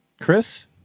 Chris